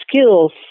skills